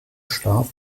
starb